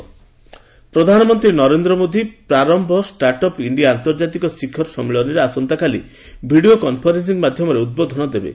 PM Prarambh ପ୍ରଧାନମନ୍ତ୍ରୀ Narendra Modi 'Prarambh start up India ଆନ୍ତର୍ଜାତିକ ଶିଖର ସମ୍ମିଳନୀ'ରେ ଆସନ୍ତାକାଲି ଭିଡ଼ିଓ କନ୍ଫରେନ୍ସିଂ ମାଧ୍ୟମରେ ଉଦ୍ବୋଧନ ଦେବେ